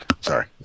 Sorry